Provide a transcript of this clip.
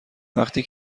وقتی